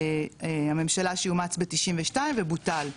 הממשלה שאומץ ב- 1992 ובוטל ב-1996.